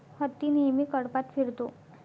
हत्ती नेहमी कळपात फिरतो